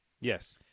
Yes